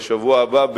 בשבוע הבא,